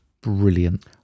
brilliant